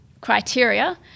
criteria